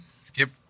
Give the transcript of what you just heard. skip